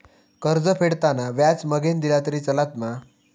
कर्ज फेडताना व्याज मगेन दिला तरी चलात मा?